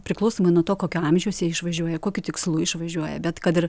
priklausomai nuo to kokio amžiaus jie išvažiuoja kokiu tikslu išvažiuoja bet kad ir